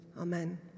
amen